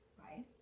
right